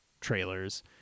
trailers